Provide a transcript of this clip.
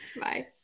bye